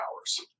hours